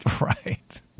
Right